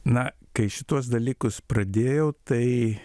na kai šituos dalykus pradėjau tai